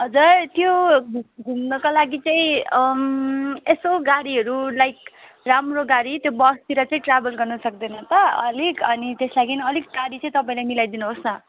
हजुर त्यो घु घुम्नको लागि चाहिँ यसो गाडीहरू लाइक राम्रो गाडी त्यो बसतिर चाहिँ ट्राभल गर्नु सक्दैन त अलिक अनि त्यस लागि अलिक गाडी चाहिँ तपाईँले मिलाइदिनु होस् न